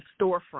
storefront